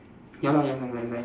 ya lah ya lah like like